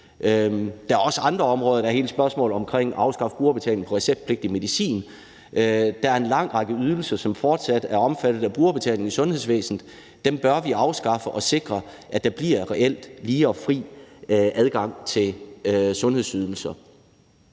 Der er også andre områder. Der er hele spørgsmålet om afskaffelse af brugerbetaling på receptpligtig medicin, og der er en lang række ydelser, som fortsat er omfattet af brugerbetaling i sundhedsvæsenet, og dem bør vi afskaffe og sikre, at der bliver reel lige og fri adgang til sundhedsydelser.